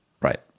right